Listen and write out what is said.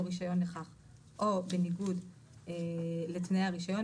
רישיון לכך או בניגוד לתנאי הרישיון,